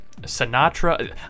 Sinatra